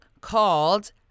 called